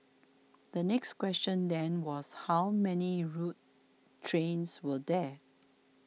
the next question then was how many rogue trains were there